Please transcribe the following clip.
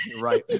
right